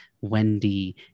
Wendy